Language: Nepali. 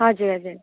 हजुर हजुर